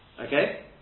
Okay